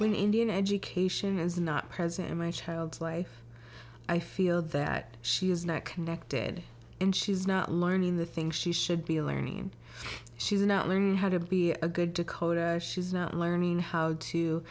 when indian education is not present in my child's life i feel that she is not connected and she's not learning the think she should be learning she's not learning how to be a good decoder she's not learning how to